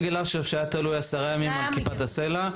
דגל אש"ף היה תלוי עשרה ימים על כיפת הסלע.